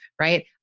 right